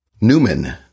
Newman